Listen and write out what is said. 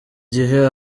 gihe